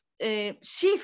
shift